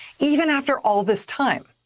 even after all this time.